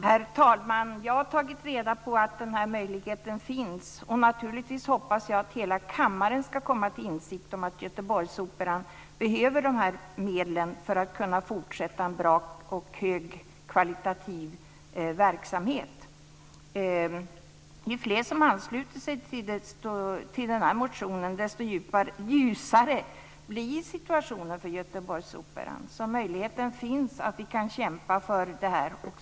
Herr talman! Jag har tagit reda på att den här möjligheten finns. Naturligtvis hoppas jag att alla kammarledamöter ska komma till insikt om att Göteborgsoperan behöver de här medlen för att kunna fortsätta med en bra och högkvalitativ verksamhet. Ju fler som ansluter sig till denna motion, desto ljusare blir situationen för Göteborgsoperan. Möjligheten finns att vi kan kämpa.